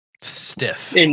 stiff